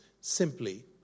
simply